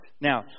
Now